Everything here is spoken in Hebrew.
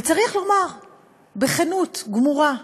וצריך לומר בכנות גמורה: